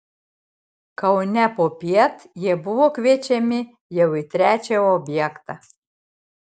kaune popiet jie buvo kviečiami jau į trečią objektą